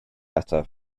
ataf